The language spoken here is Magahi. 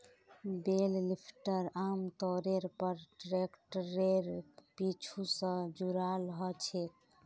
बेल लिफ्टर आमतौरेर पर ट्रैक्टरेर पीछू स जुराल ह छेक